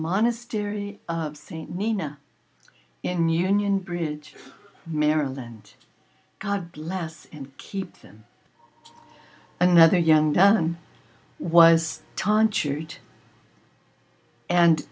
monastery of st mina in union bridge maryland god bless and keep them another young man was